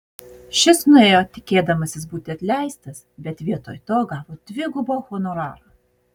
šis nuėjo tikėdamasis būti atleistas bet vietoj to gavo dvigubą honorarą